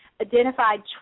Identified